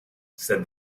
said